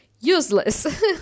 useless